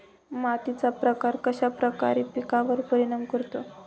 मातीचा प्रकार कश्याप्रकारे पिकांवर परिणाम करतो?